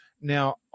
Now